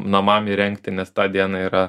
namam įrengti nes tą dieną yra